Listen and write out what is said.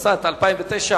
התשס"ט 2009,